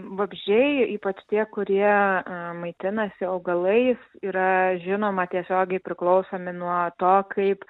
vabzdžiai ypač tie kurie maitinasi augalais yra žinoma tiesiogiai priklausomi nuo to kaip